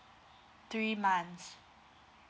three months